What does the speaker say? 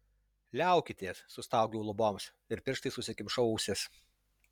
liaukitės sustaugiau luboms ir pirštais užsikimšau ausis